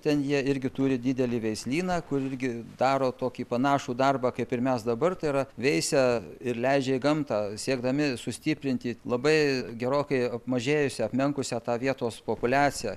ten jie irgi turi didelį veislyną kur irgi daro tokį panašų darbą kaip ir mes dabar tai yra veisia ir leidžia į gamtą siekdami sustiprinti labai gerokai apmažėjusią apmenkusią tą vietos populiaciją